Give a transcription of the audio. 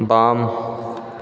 बाम